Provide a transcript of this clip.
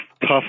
tough